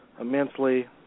immensely